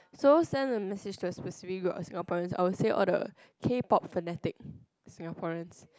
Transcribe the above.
so send a message to a specific Singaporean I will say all the K-Pop fanatic Singaporeans